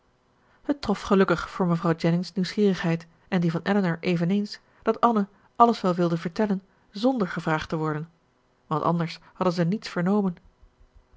het trof gelukkig voor mevrouw jennings nieuwsgierigheid en die van elinor eveneens dat anne alles wel wilde vertellen zonder gevraagd te worden want anders hadden zij niets vernomen